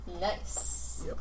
Nice